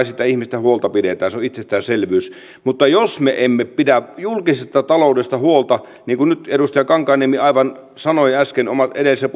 siitä ihmisestä huolta pidetään se on itsestäänselvyys mutta jos me emme pidä julkisesta taloudesta huolta niin kuin nyt edustaja kankaanniemi aivan äsken edellisessä